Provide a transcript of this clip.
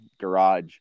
garage